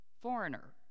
Foreigner